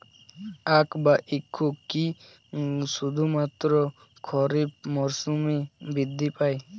আখ বা ইক্ষু কি শুধুমাত্র খারিফ মরসুমেই বৃদ্ধি পায়?